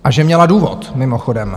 A že měla důvod, mimochodem.